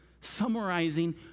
summarizing